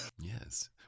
Yes